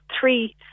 three